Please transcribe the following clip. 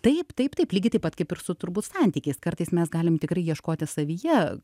taip taip taip lygiai taip pat kaip ir su turbūt santykiais kartais mes galime tikrai ieškoti savyje